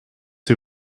die